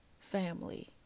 Family